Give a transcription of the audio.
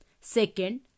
Second